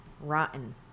rotten